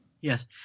Yes